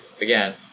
again